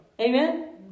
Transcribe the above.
Amen